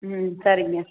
ம் சரிங்க